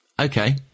Okay